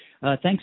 Thanks